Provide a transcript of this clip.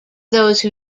those